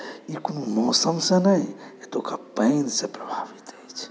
ई कोनो मौसमसंँ नहि एतुका पानिसँ प्रभावित अछि